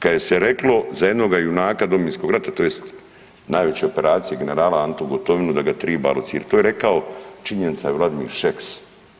Kad je se reklo za jednoga junaka Domovinskoga rata, tj. najveće operacije, generala Antu Gotovinu da ga triba locirati, to je rekao, činjenica je Vladimir Šeks.